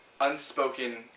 unspoken